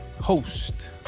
host